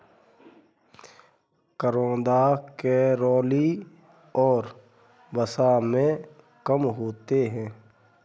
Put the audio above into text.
करौंदा कैलोरी और वसा में कम होते हैं